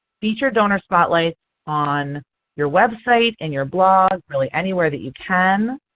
feature donor spotlights on your website and your blog, really anywhere that you can.